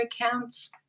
accounts